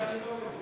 נסים זאב,